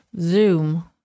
Zoom